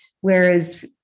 Whereas